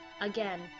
Again